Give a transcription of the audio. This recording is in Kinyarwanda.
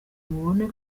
mubone